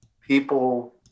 people